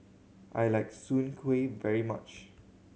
I like Soon Kuih very much